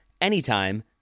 anytime